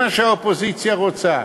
זה מה שהאופוזיציה רוצה.